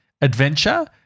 adventure